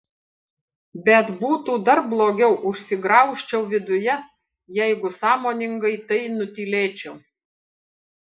bet būtų dar blogiau užsigraužčiau viduje jeigu sąmoningai tai nutylėčiau